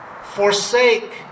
Forsake